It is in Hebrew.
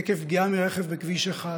עקב פגיעה מרכב בכביש 1,